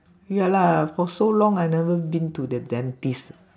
ya lah for so long I never been to the dentist